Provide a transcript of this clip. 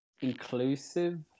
inclusive